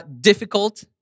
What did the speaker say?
difficult